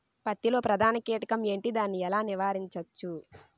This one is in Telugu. పత్తి లో ప్రధాన కీటకం ఎంటి? దాని ఎలా నీవారించచ్చు?